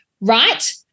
Right